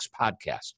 podcast